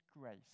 grace